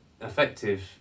effective